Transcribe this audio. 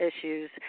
issues